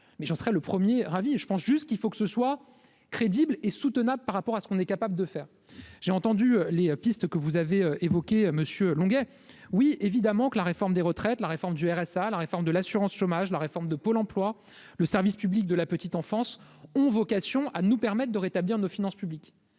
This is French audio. mais en serai le 1er ravi, je pense juste qu'il faut que ce soit crédible et soutenable par rapport à ce qu'on est capable de faire, j'ai entendu les pistes que vous avez évoqué, monsieur Longuet oui, évidemment, que la réforme des retraites, la réforme du RSA, la réforme de l'assurance-chômage, la réforme de Pôle Emploi, le service public de la petite enfance, ont vocation à nous permettent de rétablir nos finances publiques,